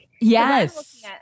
Yes